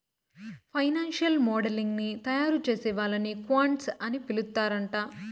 financial modelling ని తయారుచేసే వాళ్ళని క్వాంట్స్ అని పిలుత్తరాంట